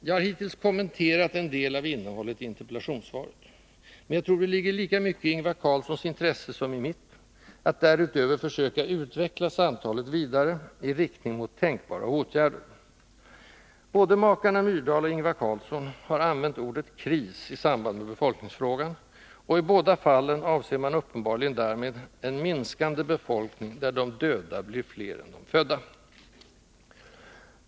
Jag har hittills kommenterat en del av innehållet i interpellationssvaret. Men jag tror att det ligger lika mycket i Ingvar Carlssons intresse som i mitt att därutöver försöka utveckla samtalet vidare, i riktning mot tänkbara åtgärder. Både makarna Myrdal och Ingvar Carlsson har använt ordet kris i samband med befolkningsfrågan, och i båda fallen avser man uppenbarligen därmed en minskande befolkning, där de döda blir fler än de födda.